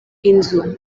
inzu